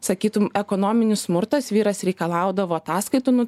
sakytum ekonominis smurtas vyras reikalaudavo ataskaitų nu